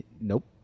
Nope